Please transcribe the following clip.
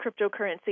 cryptocurrency